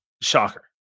Shocker